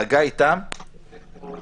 חגי תם, בבקשה.